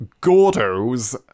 Gordo's